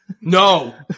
No